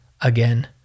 Again